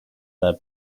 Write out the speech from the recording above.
their